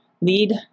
lead